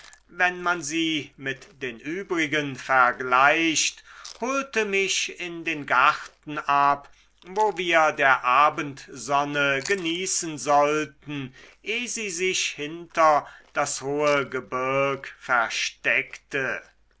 wenn man sie mit den übrigen vergleicht holte mich in den garten ab wo wir der abendsonne genießen sollten eh sie sich hinter das hohe gebirg versteckte